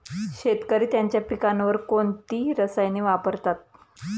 शेतकरी त्यांच्या पिकांवर कोणती रसायने वापरतात?